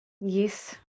Yes